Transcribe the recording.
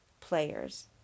players